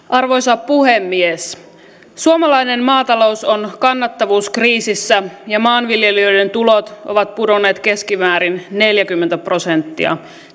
arvoisa puhemies suomalainen maatalous on kannattavuuskriisissä ja maanviljelijöiden tulot ovat pudonneet keskimäärin neljäkymmentä prosenttia